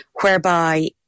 whereby